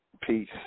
Peace